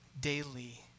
Daily